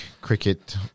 cricket